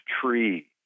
tree